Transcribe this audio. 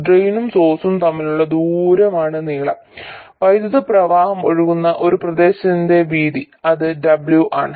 ഡ്രെയിനും സോഴ്സും തമ്മിലുള്ള ദൂരമാണ് നീളം വൈദ്യുത പ്രവാഹം ഒഴുകുന്ന ഈ പ്രദേശത്തിന്റെ വീതി അത് W ആണ്